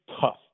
tough